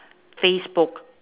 facebook